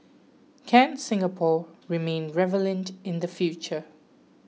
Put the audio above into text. can Singapore remain in the future